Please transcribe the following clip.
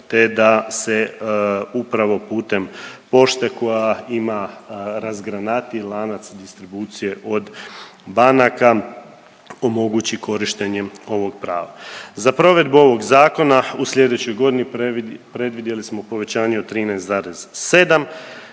te da se upravo putem pošte koja ima razgranatiji lanac distribucije od banaka omogući korištenje ovog prava. Za provedbu ovog zakona u slijedećoj godini predvidjeli smo povećanje od 13,7